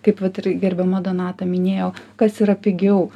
kaip vat ir gerbiama donata minėjo kas yra pigiau